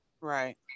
Right